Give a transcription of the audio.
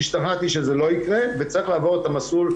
השתכנעתי שזה לא יקרה וצריך לעבור את המסלול